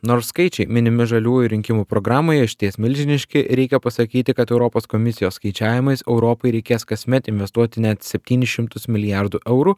nors skaičiai minimi žaliųjų rinkimų programoje išties milžiniški reikia pasakyti kad europos komisijos skaičiavimais europai reikės kasmet investuoti net septynis šimtus milijardų eurų